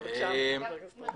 בבקשה, חבר הכנסת ארבל.